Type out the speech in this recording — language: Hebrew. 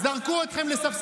לא מתרגשים מהאיומים